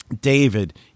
David